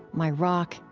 my rock,